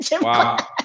Wow